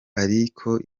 ariko